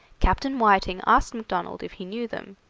captain whiting asked macdonald if he knew them,